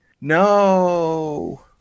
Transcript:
No